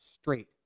straight